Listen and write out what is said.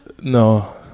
No